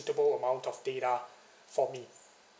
~table amount of data for me